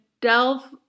delve